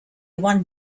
one